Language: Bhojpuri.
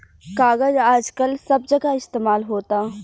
कागज आजकल सब जगह इस्तमाल होता